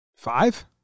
Five